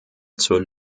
zur